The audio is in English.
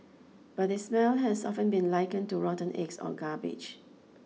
but its smell has often been likened to rotten eggs or garbage